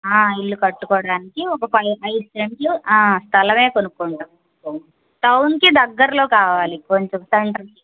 ఇల్లు కట్టుకోవడానికి ఒక ఫై ఐదు సెంట్లు స్థలం కొనుక్కుంటాం టౌన్కి దగ్గరలో కావాలి కొంచెం సెంటర్కి